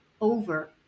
over